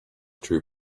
true